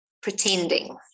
pretending